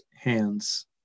hands